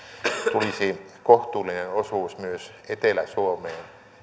tulisi kohtuullinen osuus myös etelä suomeen